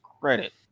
credit